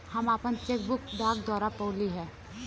हम आपन cheque book डाक द्वारा पउली है